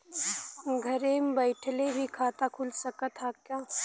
घरे बइठले भी खाता खुल सकत ह का?